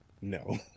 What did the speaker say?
No